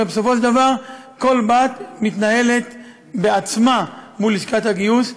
הרי בסופו של דבר כל בת מתנהלת בעצמה מול לשכת הגיוס.